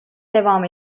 devam